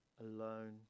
alone